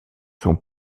sont